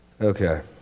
Okay